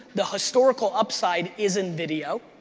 the historical upside is in video.